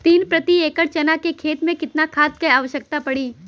तीन प्रति एकड़ चना के खेत मे कितना खाद क आवश्यकता पड़ी?